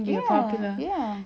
ya ya